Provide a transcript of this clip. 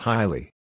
Highly